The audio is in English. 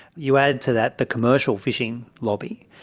you add to that the commercial fishing lobby.